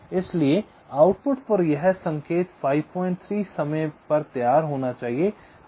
इसलिए आउटपुट पर यह संकेत 53 समय पर तैयार होना चाहिए